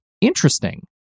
interesting